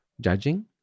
judging